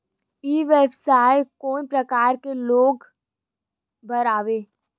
ई व्यवसाय कोन प्रकार के लोग बर आवे?